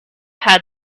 had